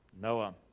noah